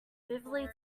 vividly